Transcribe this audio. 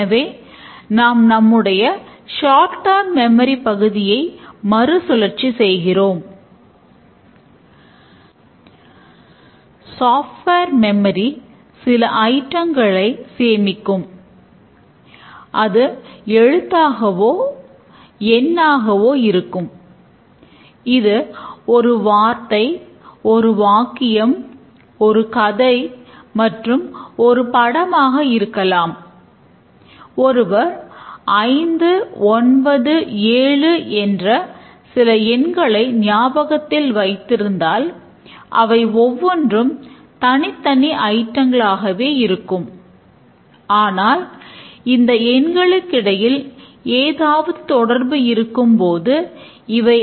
ஆனால் இறுதியாக இந்த உத்தியை உபயோகித்து வெவ்வேறு ப்ராப்ளங்களுக்கான மாதிரியை உருவாக்குவதற்கு நமக்கு சிறிய அளவிலான பயிற்சி தேவை